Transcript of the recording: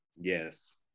yes